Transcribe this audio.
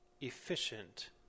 efficient